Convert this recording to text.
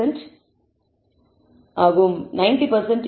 90 இல்லை